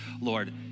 Lord